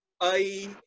I